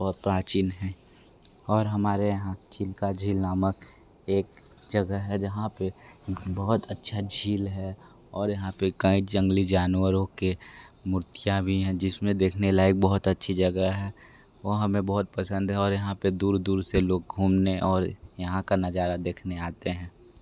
बहुत प्राचीन हैं और हमारे यहाँ चिल्का झील नामक एक जगह है जहाँ पे बहुत अच्छा झील है और यहाँ पे काए जंगली जानवरों के मूर्तियाँ भी हैं जिसमें देखने लायक बहुत अच्छी जगह है वो हमें बहुत पसंद है और यहाँ पे दूर दूर से लोग घूमने और यहाँ का नजारा देखने आते हैं